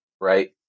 right